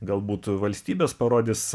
galbūt valstybės parodys